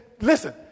listen